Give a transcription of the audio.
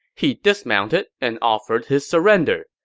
he dismounted and offered his surrender.